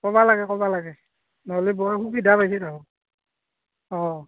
ক'ব লাগে ক'ব লাগে নহ'লে বৰ সুবিধা পাইছে অঁ